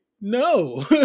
no